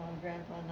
Grandpa